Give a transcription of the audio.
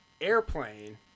Airplane